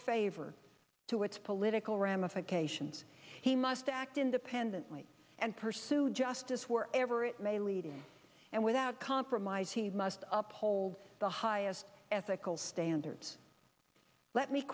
favor to its political ramifications he must act independently and pursue justice wherever it may lead and without compromise he must uphold the highest ethical standards let me